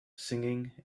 singing